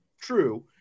true